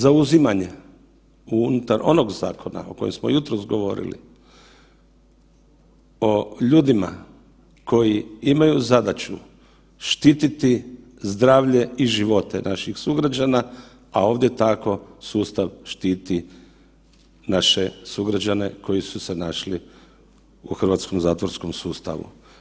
Zauzimanje unutar onog zakona o kojem smo jutros govorili, o ljudima koji imaju zadaću štititi zdravlje i živote naših sugrađana, a ovdje tako sustav štiti naše sugrađane koji su se našli u hrvatskom zatvorskom sustavu.